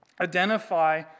identify